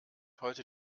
heute